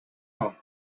off